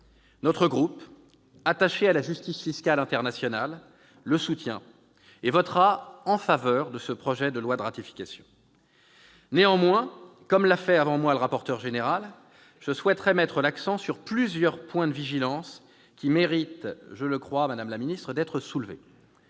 Territoires, attaché à la justice fiscale internationale, le soutient et votera en faveur de ce projet de loi de ratification. Néanmoins, comme l'a fait avant moi le rapporteur général, je souhaiterais mettre l'accent sur plusieurs points de vigilance qui méritent, je crois, d'être soulevés.